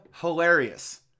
hilarious